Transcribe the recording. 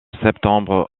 septembre